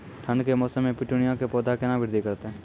ठंड के मौसम मे पिटूनिया के पौधा केना बृद्धि करतै?